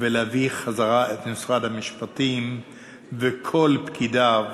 ולהביא את משרד המשפטים וכל פקידיו